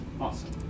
Awesome